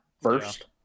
first